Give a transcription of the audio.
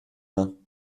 mains